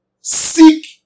Seek